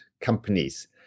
companies